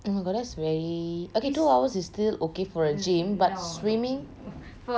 oh my god that's very okay two hours is still okay for a gym but swimming